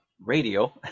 Radio